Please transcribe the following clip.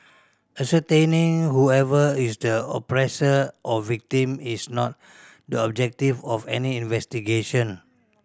ascertaining whoever is the oppressor or victim is not the objective of any investigation